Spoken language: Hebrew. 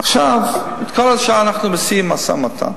עכשיו, על כל השאר אנחנו עושים משא-ומתן.